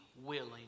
willing